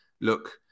look